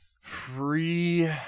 Free